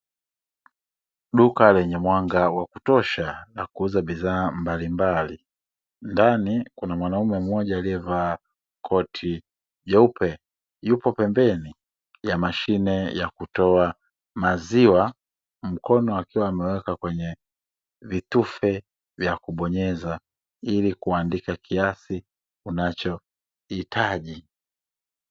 Duka lenye mwanga wa kutosha la kuuza bidhaa mbalimbali. Ndani kuna mwanaume mmoja aliyevaa koti jeupe. Yupo pembeni ya mashine ya kutoa maziwa, mkono akiwa ameweka kwenye vitufe vya kubonyeza, ili kuandika kiasi unachohitaji.